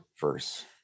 verse